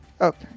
Okay